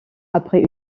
après